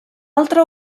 altra